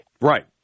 Right